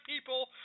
people